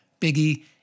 Biggie